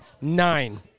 nine